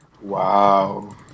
wow